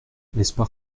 l’espoir